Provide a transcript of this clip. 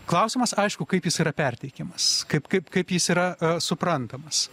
klausimas aišku kaip jis yra perteikiamas kaip kaip kaip jis yra suprantamas